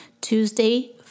Tuesday